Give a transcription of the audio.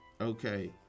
Okay